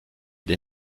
des